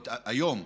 היום.